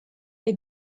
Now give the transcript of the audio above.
est